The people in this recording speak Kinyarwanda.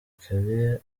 kare